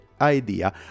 idea